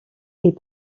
est